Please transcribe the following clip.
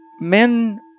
men